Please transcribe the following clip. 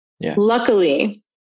Luckily